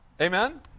Amen